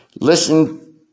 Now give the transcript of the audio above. listen